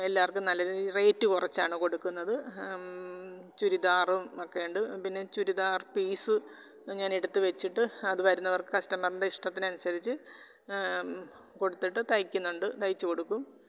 എല്ലാവർക്കും നല്ല രീതിയിൽ റേറ്റ് കുറച്ചാണ് കൊടുക്കുന്നത് ചുരിദാറും ഒക്കെ ഉണ്ട് പിന്നെ ചുരിദാർ പീസ് ഞാൻ എടുത്ത് വച്ചിട്ട് അത് വരുന്നവർ കസ്റ്റമറിബൻ്റെ ഇഷ്ടത്തിന് അനുസരിച്ച് കൊടുത്തിട്ട് തയ്ക്കുന്നുണ്ട് തയ്ച്ചു കൊടുക്കും